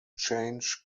change